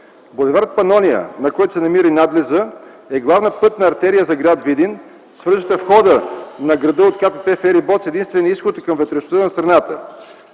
Булевард „Панония”, на който се намира и надлезът, е главна пътна артерия за гр. Видин, свързваща входа на града от КПП „Ферибот” с единствения изход към вътрешността на страната.